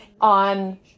on